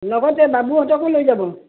লগতে বাবুহঁতকো লৈ যাব